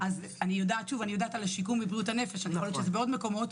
אנחנו מבינים שיש פה בעיה רוחבית שהיא לא משהו מקומי.